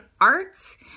Arts